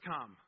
come